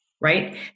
right